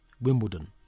Wimbledon